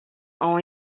ont